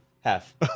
half